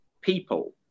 people